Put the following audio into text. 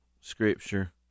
scripture